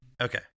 Okay